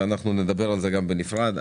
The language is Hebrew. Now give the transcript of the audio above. אנחנו נדבר על זה גם בנפרד.